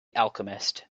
alchemist